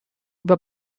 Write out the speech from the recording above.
über